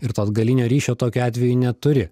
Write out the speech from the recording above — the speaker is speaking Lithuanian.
ir to atgalinio ryšio tokiu atveju neturi